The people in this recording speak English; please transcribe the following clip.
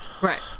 Right